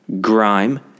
grime